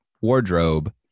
wardrobe